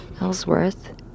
Ellsworth